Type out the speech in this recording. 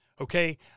Okay